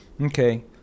okay